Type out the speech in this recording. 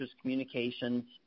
communications